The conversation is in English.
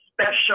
special